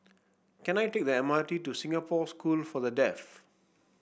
can I take the M R T to Singapore School for the Deaf